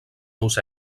seus